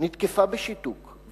נתקפה בשיתוק,